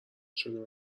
شده